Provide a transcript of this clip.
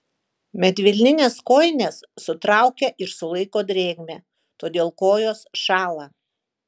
medvilninės kojinės sutraukia ir sulaiko drėgmę todėl kojos šąla